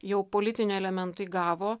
jau politinio elemento įgavo